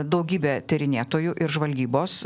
daugybė tyrinėtojų ir žvalgybos